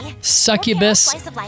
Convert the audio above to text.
Succubus